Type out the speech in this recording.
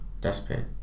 Desperate